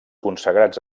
consagrats